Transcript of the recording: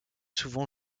souvent